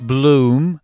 Bloom